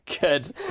Good